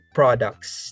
products